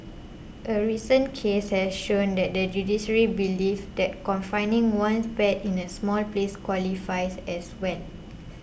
a recent case has shown that the judiciary believes that confining one's pet in a small place qualifies as well